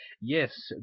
Yes